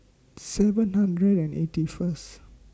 seven hundred and eighty First